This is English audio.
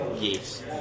yes